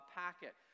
packet